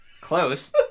Close